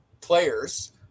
players